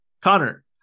Connor